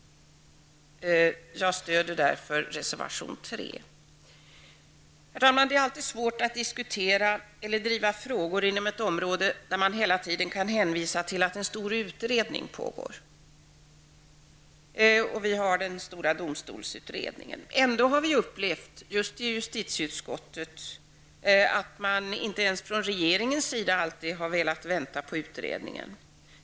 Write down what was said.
Jag stöder därför reservation 3. Det är alltid svårt att diskutera eller driva frågor inom ett område där man hela tiden kan hänvisa till att en stor utredning pågår. Vi har den stora domstolsutredningen. Ändå har vi upplevt, just i justitieutskottet, att man inte ens från regeringens sida alltid har velat vänta på utredningen.